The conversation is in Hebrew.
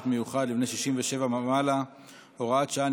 מיוחד לבני 67 ומעלה (הוראת שעה,